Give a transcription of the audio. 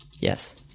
Yes